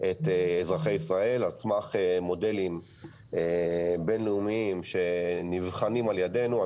את אזרחי ישראל על סמך מודלים בין-לאומיים שנבחנים על ידינו.